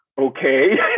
okay